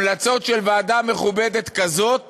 המלצות של ועדה מכובדת כזאת